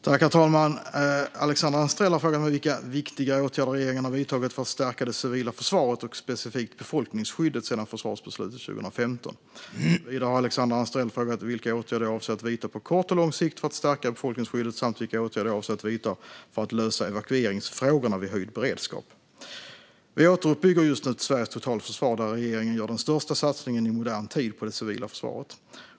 Herr talman! Alexandra Anstrell har frågat mig vilka viktigare åtgärder regeringen har vidtagit för att stärka det civila försvaret och specifikt befolkningsskyddet sedan försvarsbeslutet 2015. Vidare har Alexandra Anstrell frågat vilka åtgärder jag avser att vidta på kort och lång sikt för att stärka befolkningsskyddet samt vilka åtgärder jag avser att vidta för att lösa evakueringsfrågorna vid höjd beredskap. Vi återuppbygger just nu Sveriges totalförsvar, och regeringen gör den största satsningen i modern tid på det civila försvaret.